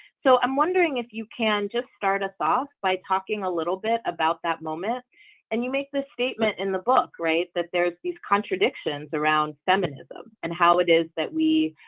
so i'm wondering if you can just start us off by talking a little bit about that moment and you make this statement in the book right that there's these contradictions around feminism and how it is that we